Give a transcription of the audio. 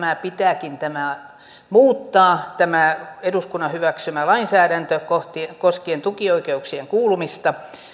että pitääkin muuttaa tämä eduskunnan hyväksymä lainsäädäntö koskien tukioikeuksien kuulumista